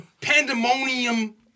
Pandemonium